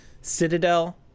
Citadel